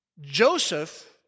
Joseph